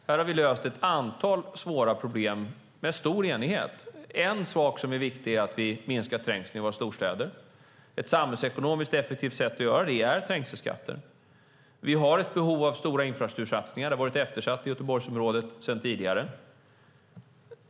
Vi har löst ett antal svåra problem med stor enighet. Vi minskar trängseln i våra storstäder. Ett samhällsekonomiskt effektivt sätt att göra det är trängselskatter. Vi har behov av stora infrastruktursatsningar. Det har varit eftersatt i Göteborgsområdet sedan tidigare.